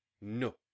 No